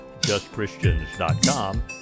justchristians.com